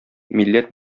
милләт